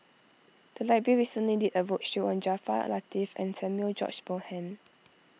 the library recently did a roadshow on Jaafar Latiff and Samuel George Bonham